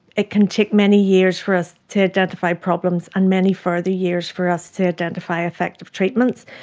it can take many years for us to identify problems and many further years for us to identify effective treatments.